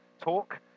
talk